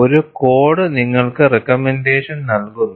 ഒരു കോഡ് നിങ്ങൾക്ക് റേക്കമെൻറ്റേഷൻ നൽകുന്നു